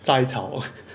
摘草